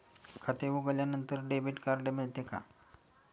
खाते उघडल्यानंतर debit card मिळते का?